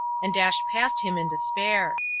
and dashed past him in despair.